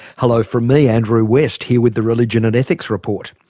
hello from me, andrew west, here with the religion and ethics report.